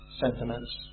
sentiments